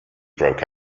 broke